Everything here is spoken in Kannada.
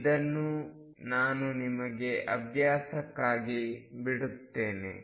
ಇದನ್ನು ನಾನು ನಿಮಗೆ ಅಭ್ಯಾಸಕ್ಕಾಗಿ ಬಿಡುತ್ತೇನೆ